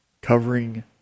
covering